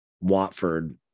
Watford